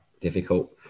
difficult